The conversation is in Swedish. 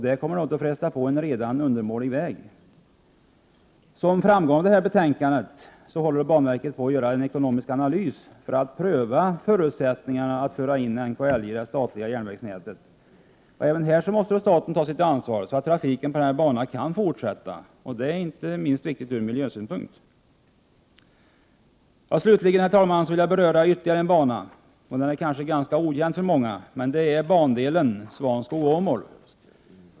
Det kommer att fresta på en redan undermålig väg. Som framgår av detta betänkande håller banverket på att göra en ekonomisk analys för att pröva förutsättningarna att föra in NKIJ i det statliga järnvägsnätet. Även här måste staten ta sitt ansvar, så att trafiken på denna bana kan fortsätta. Det är viktigt, inte minst ur miljösynpunkt. Herr talman! Jag vill beröra ytterligare en bandel som kanske är okänd för ” många. Det är bandelen Svanskog-Åmål.